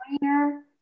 minor